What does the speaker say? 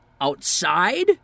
outside